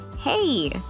Hey